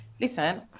listen